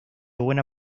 buena